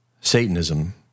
Satanism